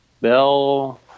Bell